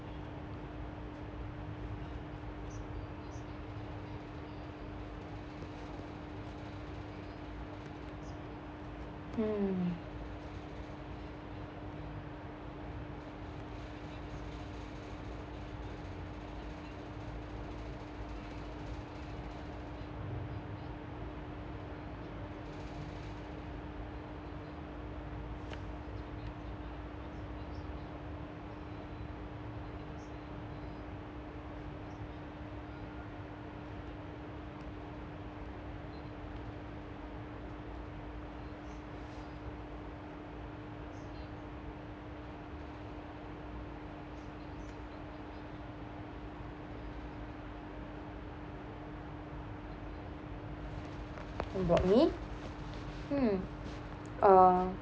mm about me mm uh